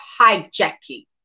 hijacking